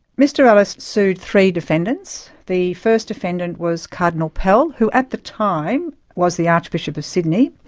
mr ellis sued three defendants the first defendant was cardinal pell, who at the time was the archbishop of sydney,